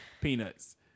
peanuts